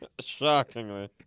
Shockingly